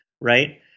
right